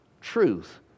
truth